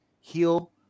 heal